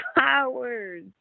hours